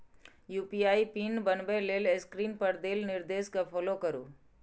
UPI PIN बनबै लेल screen पर देल निर्देश कें फॉलो करू